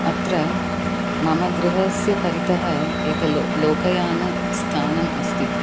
अत्र मम गृहस्य परितः एकं लोकयानस्थानम् अस्ति